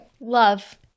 love